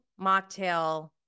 mocktail